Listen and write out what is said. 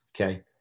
Okay